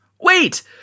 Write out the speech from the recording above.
Wait